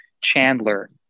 Chandler